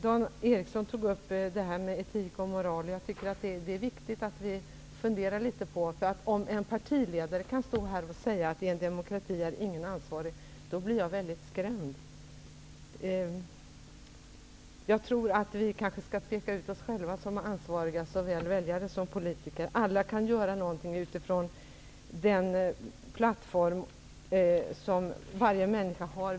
Dan Ericsson i Kolmården tog upp etik och moral, och det är viktigt att vi funderar litet på detta. Om en partiledare här kan säga att ingen är ansvarig i en demokrati, blir jag skrämd. Jag tror att vi skall peka ut oss själva som ansvariga, såväl väljare som politiker. Alla människor kan göra något från den egna plattformen.